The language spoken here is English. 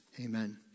Amen